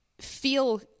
feel